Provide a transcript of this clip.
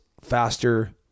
faster